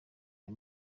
ayo